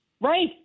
Right